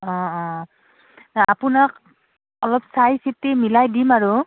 অঁ অঁ আপোনাক অলপ চাই চিতি মিলাই দিম আৰু